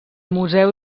museu